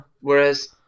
Whereas